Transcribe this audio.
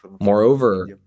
Moreover